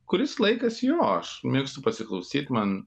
kuris laikas jo aš mėgstu pasiklausyt man